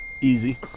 Easy